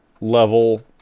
level